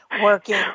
working